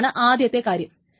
അതാണ് ആദ്യത്തെ കാര്യം